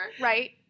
Right